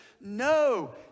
No